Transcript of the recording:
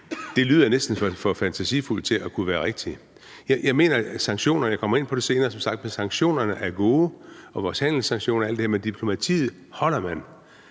ud, lyder næsten for fantasifuldt til at kunne være rigtigt. Jeg mener, at sanktionerne, og jeg kommer som sagt ind på det senere, er gode, vores handelssanktioner og alt det her, men diplomatiet holder man